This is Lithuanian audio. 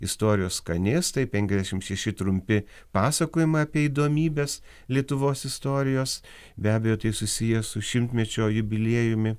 istorijos skanėstai penkiasdešim šeši trumpi pasakojimai apie įdomybes lietuvos istorijos be abejo tai susiję su šimtmečio jubiliejumi